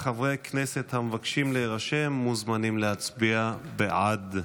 חברי הכנסת המבקשים להירשם מוזמנים להצביע בעד.